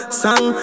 song